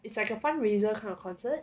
it's like a fund raiser kind of concert